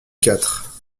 quatre